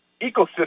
ecosystem